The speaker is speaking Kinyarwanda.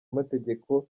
amategeko